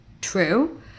true